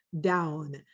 down